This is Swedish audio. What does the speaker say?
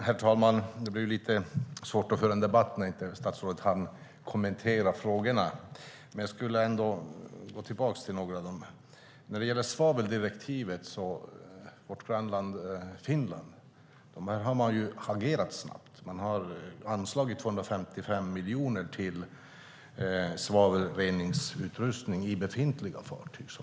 Herr talman! Det blir lite svårt att föra en debatt när statsrådet inte hinner kommentera frågorna. Jag ska ändå gå tillbaka till några av dem. Först har vi frågan om svaveldirektivet. Vårt grannland Finland har agerat snabbt och anslagit 255 miljoner till svavelreningsutrustning i befintliga fartyg.